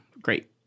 great